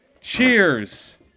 Cheers